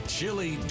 Chili